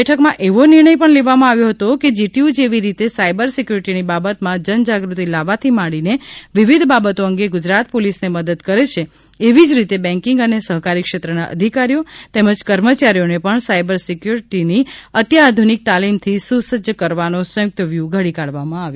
બેઠકમાં એવો નિર્ણય પણ લેવામાં આવ્યો હતો કે જીટીયુ જેવી રીતે સાયબર સિક્યુરિટીની બાબતમાં જનજાગૃતિ લાવવાથી માંડીને વિવિધ બાબતો અંગે ગુજરાત પોલીસને મદદ કરે છે એવી જ રીતે બૅન્કીંગ અને સહકારીક્ષેત્રના અધિકારીઓ તેમજ કર્મચારીઓને પણ સાયબર સિક્યુરિટીની અત્યાધુનિક તાલીમથી સુસજ્જ કરવાનો સંયુક્ત વ્યૂહ ઘડી કાઢવામાં આવે